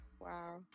Wow